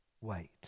wait